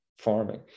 farming